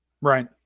Right